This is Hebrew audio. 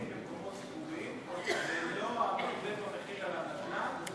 במקומות סגורים: לא המרבה במחיר על הנדל"ן,